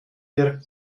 wir